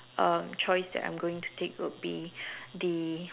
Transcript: um choice that I'm going to take would be the